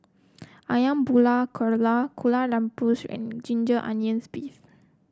ayam Buah Keluak Kueh Rengas and Ginger Onions beef